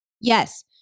Yes